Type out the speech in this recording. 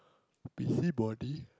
busybody